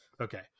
Okay